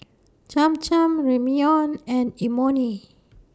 Cham Cham Ramyeon and Imoni